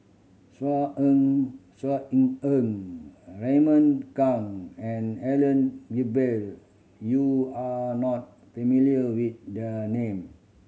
Saw En Saw Raymond Kang and Helen Gilbey you are not familiar with the name